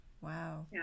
Wow